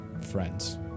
friends